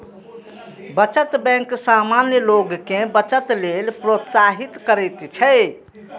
बचत बैंक सामान्य लोग कें बचत लेल प्रोत्साहित करैत छैक